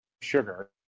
sugar